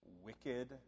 wicked